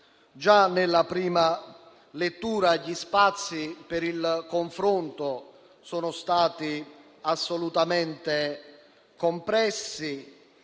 Già nella prima lettura gli spazi per il confronto sono stati assolutamente compressi;